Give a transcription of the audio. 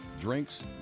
drinks